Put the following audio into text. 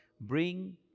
bring